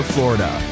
Florida